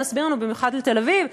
במיוחד לתל-אביב,